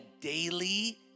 daily